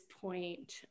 point